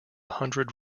hundred